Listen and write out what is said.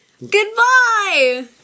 Goodbye